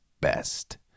best